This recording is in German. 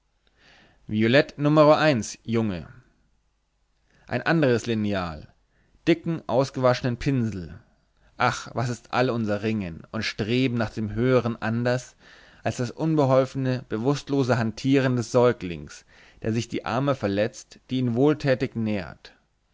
violett numero eins junge ein anderes lineal dicken ausgewaschenen pinsel ach was ist all unser ringen und streben nach dem höheren anders als das unbeholfene bewußtlose hantieren des säuglings der die amme verletzt die ihn wohltätig nährt